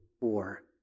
four